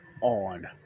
on